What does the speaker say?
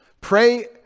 Pray